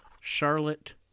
Charlotte